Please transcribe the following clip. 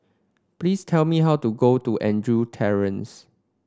please tell me how to get to Andrew Terrace